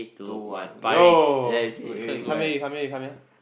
to ah yo wait wait you come here you come here you come here